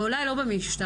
ואולי לא במשטרה,